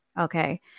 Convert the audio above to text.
Okay